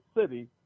city